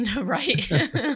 Right